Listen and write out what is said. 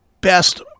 best